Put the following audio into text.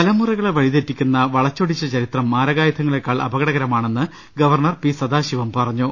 തലമുറകളെ വഴിതെറ്റിക്കുന്ന വളച്ചൊടിച്ച ചരിത്രം മാരകായുധ ങ്ങളേക്കാൾ അപകടകരമാണെന്ന് ഗവർണർ പി സദാശിവം പറ ഞ്ഞു